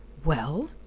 well?